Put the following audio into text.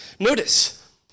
Notice